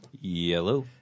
Yellow